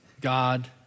God